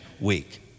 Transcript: Week